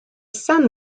sun